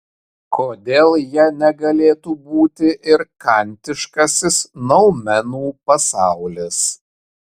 kodėl ja negalėtų būti ir kantiškasis noumenų pasaulis